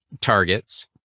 targets